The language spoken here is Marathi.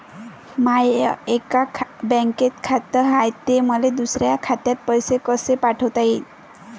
माय एका बँकेत खात हाय, त मले दुसऱ्या खात्यात पैसे कसे पाठवता येईन?